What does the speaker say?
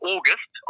August